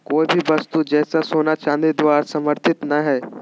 कोय भी वस्तु जैसे सोना चांदी द्वारा समर्थित नय हइ